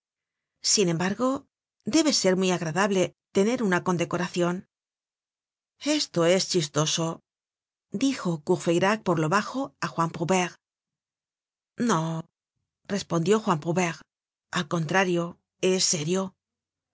sin embargo debe de ser muy agradable tener una condecoracion esto es chistoso dijo courfeyrac por lo bajo á juan prouvaire no respondió juan prouvaire al contrario es serio